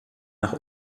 nach